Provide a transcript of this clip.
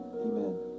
Amen